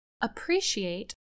appreciate